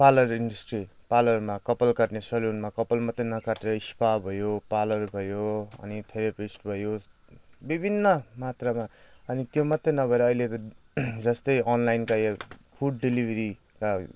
parlour इन्डस्ट्रीमा पार्लरमा कपाल काट्ने सेलुनमा कपाल मात्र नकाटेर स्पा भयो पार्लर भयो अनि थेरपिस्ट भयो विभिन्न मात्रामा अनि त्यो मात्रै नभएर अहिलेको जस्तै अनलाइनका यो फुड डिलेभरीका